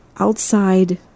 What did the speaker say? outside